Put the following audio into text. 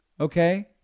okay